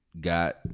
Got